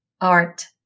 art